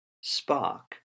spark